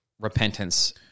repentance